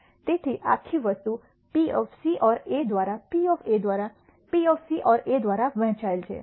તેથી આખી વસ્તુ P C |A દ્વારા P દ્વારા PC | A દ્વારા વહેંચાયેલ છે